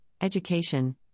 education